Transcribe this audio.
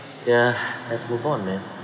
ya let's move on man